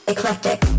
Eclectic